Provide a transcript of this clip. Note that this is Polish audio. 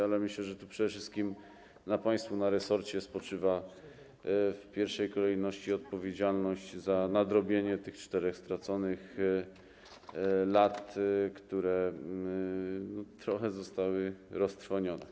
Ale myślę, że przede wszystkim na państwu, na resorcie spoczywa w pierwszej kolejności odpowiedzialność za nadrobienie 4 straconych lat, które trochę zostały roztrwonione.